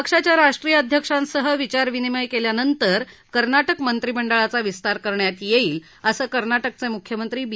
पक्षाच्या राष्ट्रीय अध्यक्षांसह विचार विनिमय केल्यानंतर कर्नाटक मंत्रिमंडळाचा विस्तार करण्यात येईल असं कर्नाटकचे मुख्यमंत्री बी